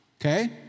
Okay